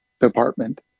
department